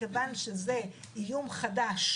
מכיוון שזה איום חדש